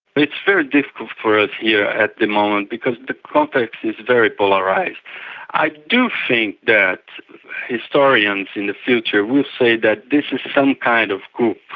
it's very difficult for us here at the moment because the context is very polarised. i do think that historians in the future will say that this is some kind of coup,